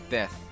Death